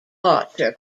archer